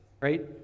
right